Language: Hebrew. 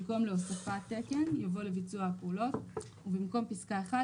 במקום "להוספת תקן" יבוא "לביצוע הפעולות" ובמקום פסקה (1)